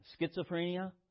schizophrenia